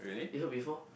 you heard before